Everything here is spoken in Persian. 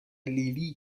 لیلی